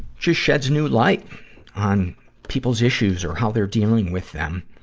just sheds new light on people's issues or how they're dealing with them.